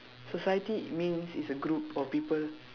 society means it's a group of people